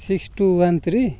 six two one three